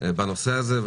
בנושא הזה.